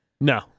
No